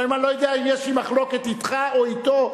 לפעמים אני לא יודע אם יש לי מחלוקת אתך או אתו,